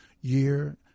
year